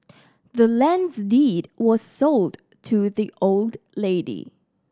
the land's deed was sold to the old lady